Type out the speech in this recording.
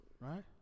right